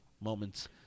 moments